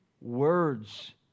words